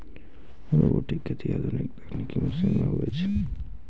robotic खेती आधुनिक तकनिकी मशीन से हुवै छै